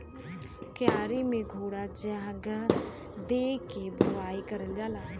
क्यारी में थोड़ा जगह दे के बोवाई करल जाला